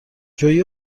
جویی